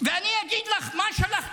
ואני אגיד לך מה שלח,